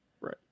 Right